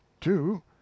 two